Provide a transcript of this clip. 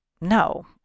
no